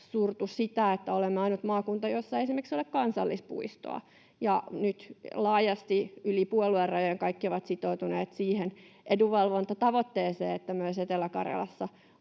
surtu sitä, että olemme ainut maakunta, jossa ei esimerkiksi ole kansallispuistoa. Nyt laajasti yli puoluerajojen kaikki ovat sitoutuneet siihen edunvalvontatavoitteeseen, että myös Etelä-Karjalassa